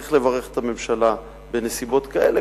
צריך לברך את הממשלה בנסיבות כאלה,